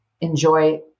enjoy